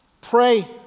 Pray